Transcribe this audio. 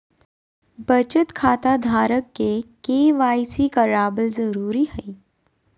बचत खता धारक के के.वाई.सी कराबल जरुरी हइ